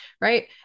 right